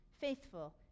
faithful